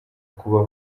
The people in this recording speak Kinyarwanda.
kuba